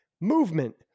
movement